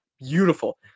Beautiful